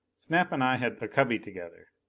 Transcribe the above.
snap and i had a cubby together.